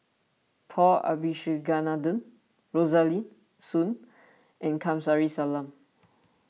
Paul Abisheganaden Rosaline Soon and Kamsari Salam